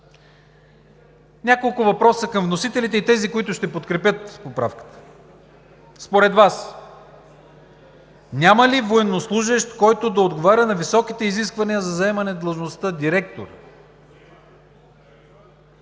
Няколко въпроса към вносителите и тези, които ще подкрепят поправката. Според Вас няма ли военнослужещ, който да отговаря на високите изисквания за заемане на длъжността „директор“?